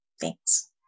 Thanks